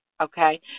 Okay